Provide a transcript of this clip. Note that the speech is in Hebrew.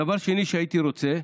דבר שני שהייתי רוצה,